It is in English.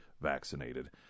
vaccinated